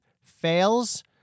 fails